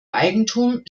eigentum